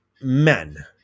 men